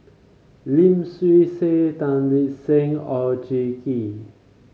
Lim Swee Say Tan Lip Seng Oon Jin Gee